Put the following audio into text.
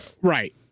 Right